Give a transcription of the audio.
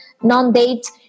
non-date